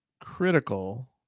critical